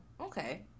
okay